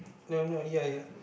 no no ya ya